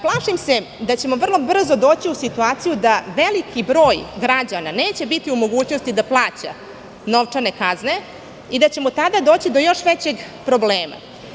Plašim se da ćemo vrlo brzo doći u situaciju da veliki broj građana neće biti u mogućnosti da plaća novčane kazne i da ćemo tada doći do još većeg problema.